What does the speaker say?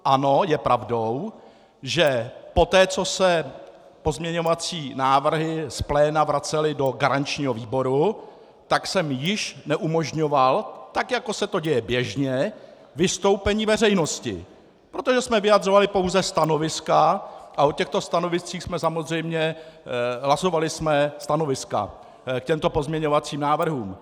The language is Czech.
Ano, je pravdou, že poté, co se pozměňovací návrhy z pléna vracely do garančního výboru, tak jsem již neumožňoval, tak jako se to děje běžně, vystoupení veřejnosti, protože jsme vyjadřovali pouze stanoviska a o těchto stanoviscích jsme samozřejmě, hlasovali jsme stanoviska k těmto pozměňovacím návrhům.